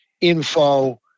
info